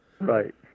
Right